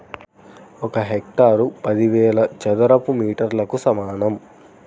ఒక హెక్టారు పదివేల చదరపు మీటర్లకు సమానం